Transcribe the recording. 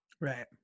Right